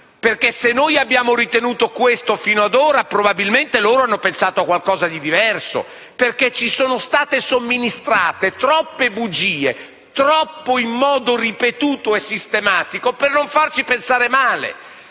perché se abbiamo ritenuto questo fino ad ora probabilmente loro hanno pensato qualcosa di diverso, perché ci sono state somministrate troppe bugie, in modo ripetuto e sistematico, per non farci pensare male,